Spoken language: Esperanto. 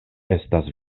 estas